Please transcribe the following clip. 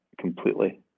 completely